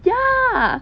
ya